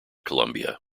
columbia